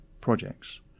projects